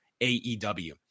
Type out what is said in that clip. AEW